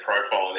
profile